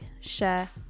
share